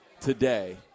today